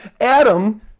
Adam